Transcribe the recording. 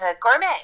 gourmet